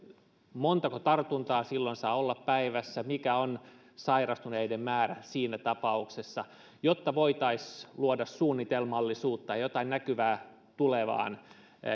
montako tartuntaa silloin saa olla päivässä mikä on sairastuneiden määrä siinä tapauksessa jotta voitaisiin luoda suunnitelmallisuutta ja jotain näkymää tulevaan ja